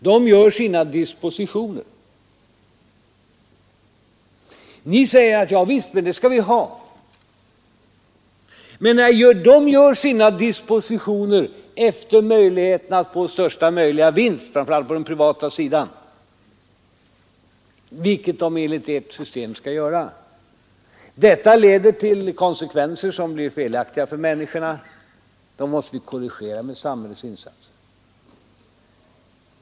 De gör sina dispositioner. Ni säger: Javisst, så skall vi ha det. Men de gör sina dispositioner efter möjligheterna att få den största vinsten, framför allt på den privata sidan, vilket de enligt ert system skall göra. Detta leder till konsekvenser som är felaktiga för människorna och som vi måste korrigera med samhällets insatser.